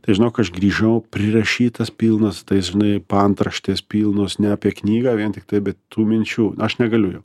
tai žinok aš grįžau prirašytos pilnos tos žinai paantraštės pilnos ne apie knygą vien tiktai tų minčių aš negaliu